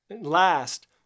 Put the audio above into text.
last